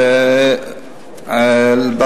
כשאנחנו נביא את החוק,